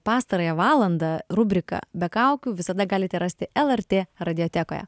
pastarąją valandą rubrika be kaukių visada galite rasti lrt radiotekoje